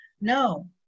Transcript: No